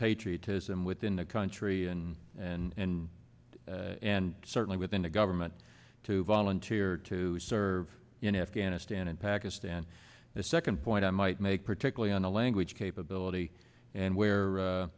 patriotism within the country and and and certainly within the government to volunteer to serve in afghanistan and pakistan the second point i might make particularly on the language capability and where